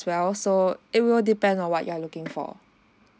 well so it will depend on what you're looking for